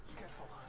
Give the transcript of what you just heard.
careful